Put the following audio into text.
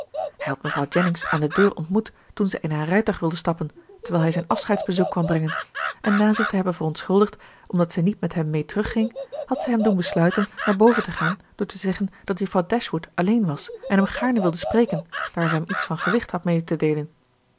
had mevrouw jennings aan de deur ontmoet toen zij in haar rijtuig wilde stappen terwijl hij zijn afscheidsbezoek kwam brengen en na zich te hebben verontschuldigd omdat zij niet met hem mee terugging had zij hem doen besluiten naar boven te gaan door te zeggen dat juffrouw dashwood alleen was en hem gaarne wilde spreken daar zij hem iets van gewicht had mee te deelen